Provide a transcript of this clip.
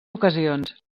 ocasions